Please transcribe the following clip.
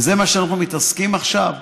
וזה מה שאנחנו מתעסקים בו עכשיו?